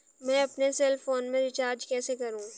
मैं अपने cell phone में रिचार्ज कैसे करूँ?